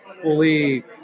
fully